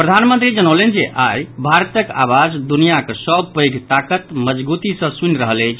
प्रधानमंत्री जनौलनि जे आई भारतक आवाज दुनियाक सभ पैघ ताकत मजगूती सॅ सुनि रहल अछि